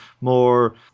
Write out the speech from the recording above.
more